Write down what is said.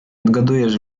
odgadujesz